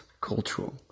cultural